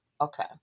Okay